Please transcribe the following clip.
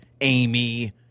Amy